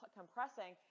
compressing